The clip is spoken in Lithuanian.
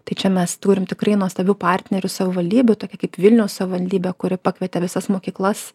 tai čia mes turime tikrai nuostabių partnerių savivaldybių tokia kaip vilniaus savivaldybė kuri pakvietė visas mokyklas